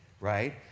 Right